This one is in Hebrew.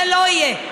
זה לא יהיה.